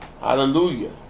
Hallelujah